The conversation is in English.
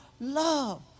love